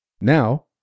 Now